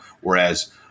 whereas